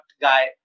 guy